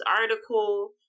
article